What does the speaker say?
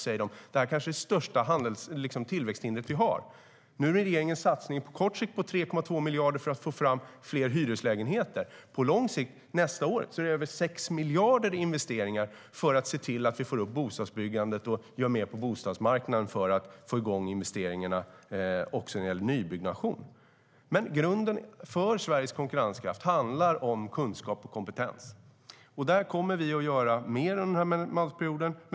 De säger att det kan vara det största tillväxthinder vi har. På kort sikt satsar regeringen nu 3,2 miljarder för att få fram fler hyreslägenheter. På lång sikt, nästa år, blir det över 6 miljarder i investeringar för att få upp bostadsbyggandet och göra mer på bostadsmarknaden för att få igång investeringarna när det gäller nybyggnation. Grunden för Sveriges konkurrenskraft handlar om kunskap och kompetens, och där kommer vi att göra mer under den här mandatperioden.